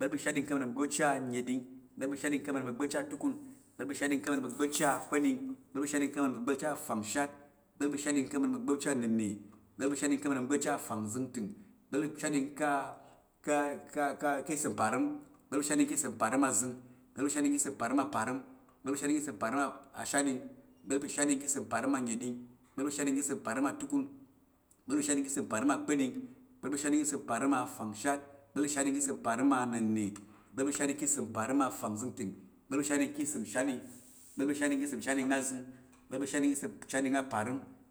ìgba̱l pa̱ ìshatɗing ka̱ ugba̱pchi anəɗing. ìgba̱l pa̱ ìshatɗing ka̱ ugba̱pchi atukun. ìgba̱l pa̱ ìshatɗing ka̱ ugba̱pchi akpa̱ɗing. ìgba̱l pa̱ ìshatɗing ka̱ ugba̱pchi afangshat. ìgba̱l pa̱ ìshatɗing ka̱ ugba̱pchi anənna̱. ìgba̱l pa̱ ìshatɗing ka̱ ugba̱pchi afangzəngtəng. ìgba̱l pa̱ ìshatɗing ka̱ ìsəm parəm. ìgba̱l pa̱ ìshatɗing ka̱ ìsəm parəm azəng. ìgba̱l pa̱ ìshatɗing ka̱ ìsəm parəm aparəm. ìgba̱l pa̱ ìshatɗing ka̱ ìsəm parəm ashatɗing. ìgba̱l pa̱ ìshatɗing ka̱ ìsəm parəm anəɗing. ìgba̱l pa̱ ìshatɗing ka̱ ìsəm parəm atukun. ìgba̱l pa̱ ìshatɗing ka̱ ìsəm parəm akpa̱ɗing. ìgba̱l pa̱ ìshatɗing ka̱ ìsəm parəm afangshat. ìgba̱l pa̱ ìshatɗing ka̱ ìsəm parəm annənna̱. ìgba̱l pa̱ ìshatɗing ka̱ ìsəm parəm afangzəngtəng. ìgba̱l pa̱ ìshatɗing ka̱ ìsəm shatɗing. ìgba̱l pa̱ ìshatɗing ka̱ ìsəm shatɗing azəng. ìgba̱l pa̱ ìshatɗing ka̱ ìsəm shatɗing aparəm. ìgba̱l pa̱ ìshatɗing ka̱ ìsəm shatɗing ashatɗing,